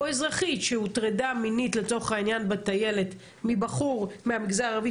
או אזרחית שהוטרדה מינית בטיילת מבחור מהמגזר הערבי,